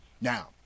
Now